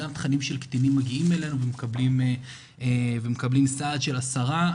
גם תכנים של קטינים מגיעים אלינו ומקבלים סעד של הסרה,